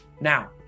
now